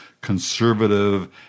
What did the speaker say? conservative